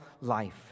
life